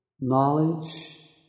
knowledge